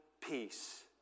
peace